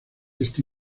este